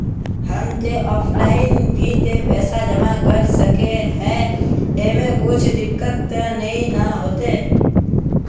हम ते ऑफलाइन भी ते पैसा जमा कर सके है ऐमे कुछ दिक्कत ते नय न होते?